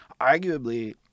arguably